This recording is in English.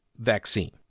vaccine